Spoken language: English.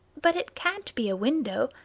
but it can't be a window,